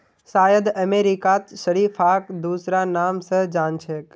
शायद अमेरिकात शरीफाक दूसरा नाम स जान छेक